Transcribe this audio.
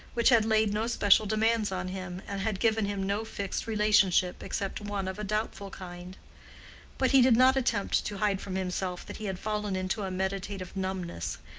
which had laid no special demands on him and had given him no fixed relationship except one of a doubtful kind but he did not attempt to hide from himself that he had fallen into a meditative numbness,